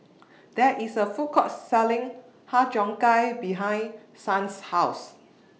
There IS A Food Court Selling Har Cheong Gai behind Son's House